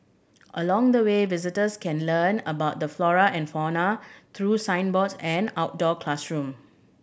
along the way visitors can learn about the flora and fauna through signboards and outdoor classroom